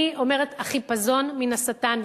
אני אומרת, החיפזון מן השטן.